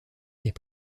est